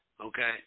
okay